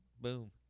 Boom